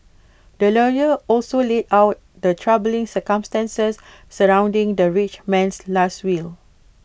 the lawyer also laid out the troubling circumstances surrounding the rich man's Last Will